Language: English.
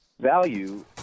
value